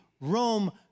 Rome